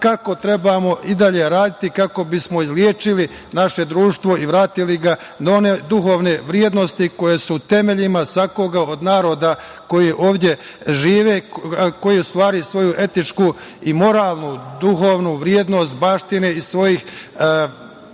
kako trebamo i dalje raditi kako bismo izlečili naše društvo i vratili ga na one duhovne vrednosti koje su u temeljima svakoga od naroda koji ovde žive, koji u stvari svoju etičku i moralnu, duhovnu vrednost baštine iz svojih